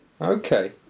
Okay